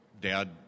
Dad